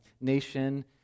nation